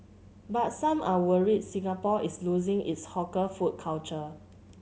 but some are worried Singapore is losing its hawker food culture